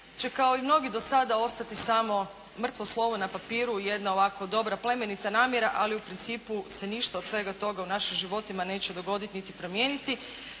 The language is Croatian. će kao i mnogi do sada ostati samo mrtvo slovo na papiru. Jedna ovako dobra, plemenita namjera. Ali u principu se ništa od svega toga u našim životima neće dogoditi niti promijeniti